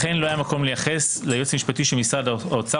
לכן לא היה מקום לייחס ליועץ המשפטי של משרד האוצר,